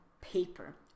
paper